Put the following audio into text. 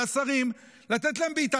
על השרים לתת להם בעיטה,